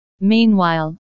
Meanwhile